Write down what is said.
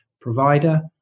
provider